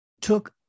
took